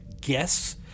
guess